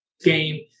game